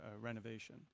renovation